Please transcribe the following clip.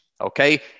Okay